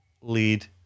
lead